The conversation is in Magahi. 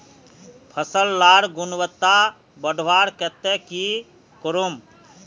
फसल लार गुणवत्ता बढ़वार केते की करूम?